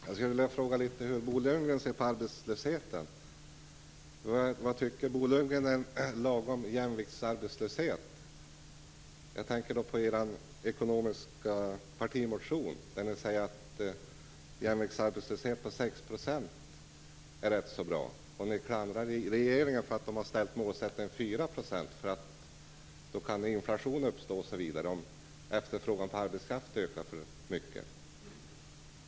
Herr talman! Jag skulle vilja fråga Bo Lundgren hur han ser på arbetslösheten. Vad tycker Bo Lundgren är en lagom jämviktsarbetslöshet? Jag tänker då på er ekonomiska partimotion där ni säger att en jämviktsarbetslöshet på 6 % är rätt så bra. Och ni klandrar regeringen för att den har satt upp målsättningen till 4 %, eftersom inflation kan uppstå om efterfrågan på arbetskraft ökar för mycket.